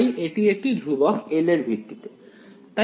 তাই এটি একটি ধ্রুবক L এর ভিত্তিতে